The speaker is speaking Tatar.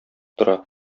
тора